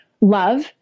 love